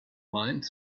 mind